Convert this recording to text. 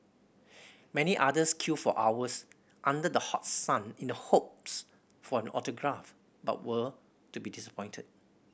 many others queued for hours under the hot sun in the hopes for an autograph but were to be disappointed